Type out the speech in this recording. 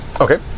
Okay